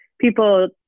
people